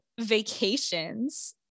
vacations